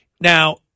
now